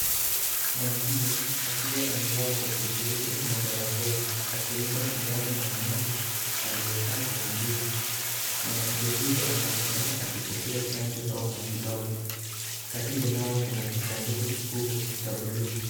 Mwanamme akiwa amevaa koti jeupe na barakoa, akimpa sindano mwanamke aliyekaa kwenye kiti. Mwanamke huyo anaonekana akipokea chanjo au matibabu. Karibu nao kuna kisanduku kikubwa cha blue .